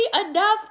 enough